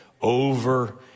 over